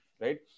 right